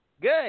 Good